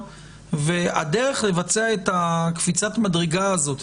הדרך לבצע את קפיצת המדרגה הזאת,